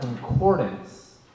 concordance